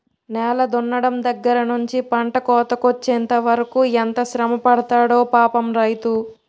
నేల దున్నడం దగ్గర నుంచి పంట కోతకొచ్చెంత వరకు ఎంత శ్రమపడతాడో పాపం రైతు